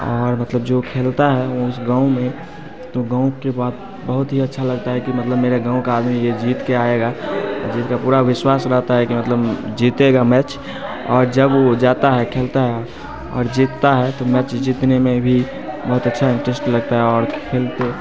और मतलब जो खेलता है वह उस गाँव में तो गाँव के बाद बहुत ही अच्छा लगता है कि मतलब मेरा गाँव का आदमी यह जीत के आएगा जिसका पूरा विश्वास रहता है कि मतलब जीतेगा मैच और जब वह जाता है खेलता है और जीतता है तो मैच जीतने में भी बहुत अच्छा इंटरेस्ट लगता है और खेल के